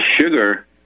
sugar